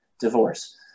divorce